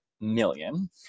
million